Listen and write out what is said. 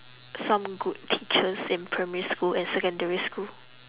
some good teachers in primary school and secondary school